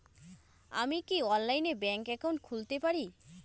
আমি কি অনলাইনে ব্যাংক একাউন্ট খুলতে পারি?